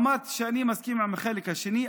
אמרתי שאני מסכים עם החלק הראשון,